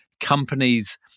companies